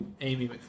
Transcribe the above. Amy